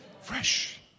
Fresh